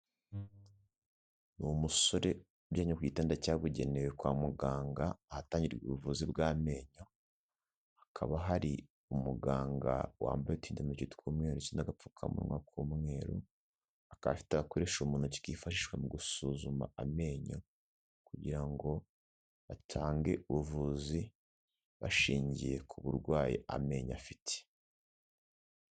Ni umusore uryamye ku gitanda cyabugenewe kwa muganga, ahatangirwa ubuvuzi bw'amenyo. Hakaba hari umuganga wambaye uturindantoki tw'umweru ndetse n'agapfukamunwa k'umweru, akaba afite agakoresho mu ntoki kifashishwa mu gusuzuma amenyo, kugira ngo batange ubuvuzi bashingiye ku burwayi amenyo afite.